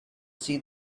see